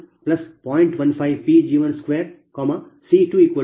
15 Pg12 C240044Pg20